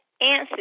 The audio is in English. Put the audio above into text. answer